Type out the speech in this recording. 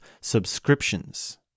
subscriptions